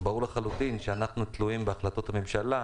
ברור לחלוטין שאנחנו תלויים בהחלטות הממשלה,